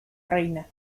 reina